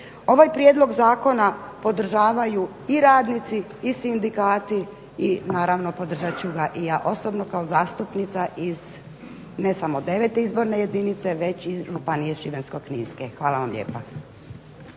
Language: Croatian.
Ovaj prijedlog zakona podržavaju i radnici i sindikati i naravno podržat ću ga i ja osobno kao zastupnica iz ne samo devete izborne jedinice već i Županije šibensko-kninske. Hvala vam lijepa.